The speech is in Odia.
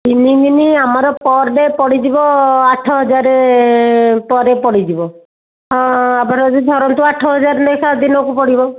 ତିନିଦିନ ଆମର ପର୍ ଡେ ପଡ଼ିଯିବ ଆଠ ହଜାର ପରେ ପଡ଼ିଯିବ ଆଭରେଜ୍ ଧରନ୍ତୁ ଆଠ ହଜାର ଲେଖା ଦିନକୁ ପଡ଼ିବ